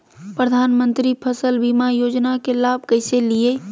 प्रधानमंत्री फसल बीमा योजना के लाभ कैसे लिये?